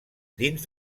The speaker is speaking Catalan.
dins